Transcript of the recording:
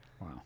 Wow